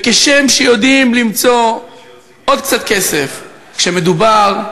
וכשם שיודעים למצוא עוד קצת כסף כשמדובר,